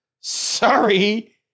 sorry